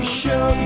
show